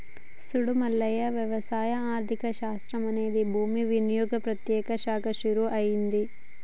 సూడు మల్లయ్య వ్యవసాయ ఆర్థిక శాస్త్రం అనేది భూమి వినియోగంలో ప్రత్యేక శాఖగా షురూ అయింది